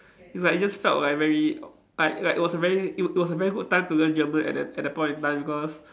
it's like it just felt like very like like it was very it it was a very good time to learn German at that at that point of time because